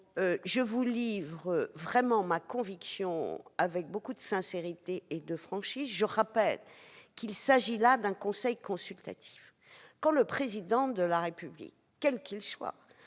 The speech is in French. Je vous livre ma réelle conviction, avec beaucoup de sincérité et de franchise. Je rappelle qu'il s'agit ici d'un conseil consultatif. Quand le Président de la République, quel qu'il soit,